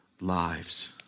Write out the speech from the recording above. lives